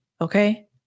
Okay